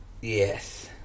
Yes